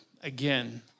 again